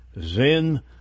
Zen